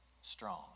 strong